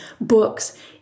books